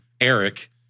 Eric